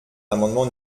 l’amendement